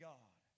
God